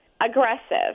aggressive